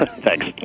Thanks